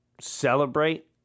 celebrate